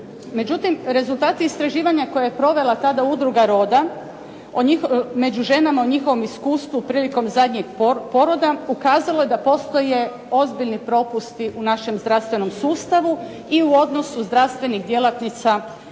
Međutim rezultati istraživanja koje je provela tada udruga Roda o njihovoj, među ženama o njihovom iskustvu prilikom zadnjeg poroda ukazalo je da postoje ozbiljni propusti u našem zdravstvenom sustavu i u odnosu zdravstvenih djelatnica prema